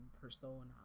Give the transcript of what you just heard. persona